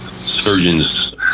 Surgeons